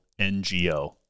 NGO